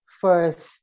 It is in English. first